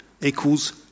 equals